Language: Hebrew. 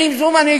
האם זאת מנהיגות?